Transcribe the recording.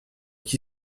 qui